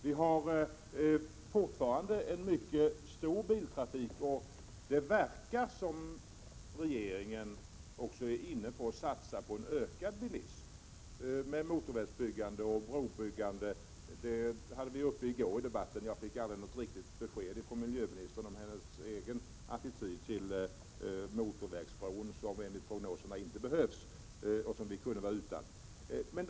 Vi har fortfarande en mycket stor biltrafik, och det verkar som om regeringen också är inne på att satsa på en ökad bilism med motorvägsbyggande och brobyggande. Detta hade vi uppe i debatten i går, men jag fick aldrig något riktigt besked från miljöministern om hennes attityd till motorvägsbron, som enligt prognoserna inte behövs och som vi kunde vara utan.